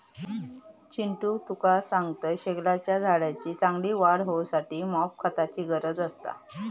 पिंटू तुका सांगतंय, शेगलाच्या झाडाची चांगली वाढ होऊसाठी मॉप खताची गरज असता